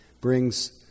brings